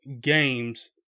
games